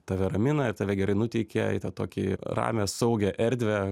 tave ramina ir tave gerai nuteikia į tą tokį ramią saugią erdvę